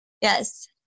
Yes